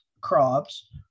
crops